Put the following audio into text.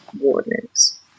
warnings